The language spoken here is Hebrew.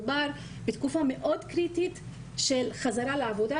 מדובר בתקופה מאוד קריטית של חזרה לעבודה,